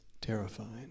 Terrifying